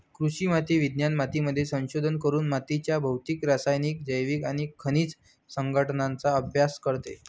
कृषी माती विज्ञान मातीमध्ये संशोधन करून मातीच्या भौतिक, रासायनिक, जैविक आणि खनिज संघटनाचा अभ्यास करते